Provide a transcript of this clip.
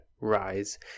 rise